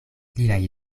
liaj